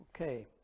Okay